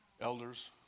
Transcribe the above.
elders